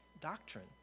doctrine